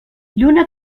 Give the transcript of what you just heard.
lluna